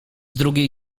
drugiej